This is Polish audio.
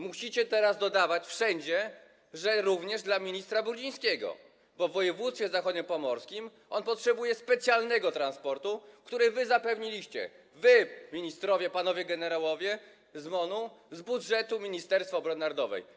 Musicie teraz wszędzie dodawać, że również dla ministra Brudzińskiego, bo w województwie zachodniopomorskim potrzebuje on specjalnego transportu, który zapewniliście, ministrowie, panowie generałowie z MON-u, z budżetu Ministerstwa Obrony Narodowej.